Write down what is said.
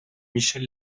michel